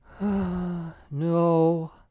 No